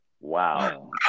Wow